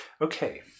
Okay